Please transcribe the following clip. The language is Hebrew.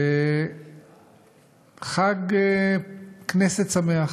וחג כנסת שמח.